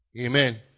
Amen